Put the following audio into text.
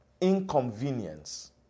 inconvenience